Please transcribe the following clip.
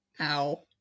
Ow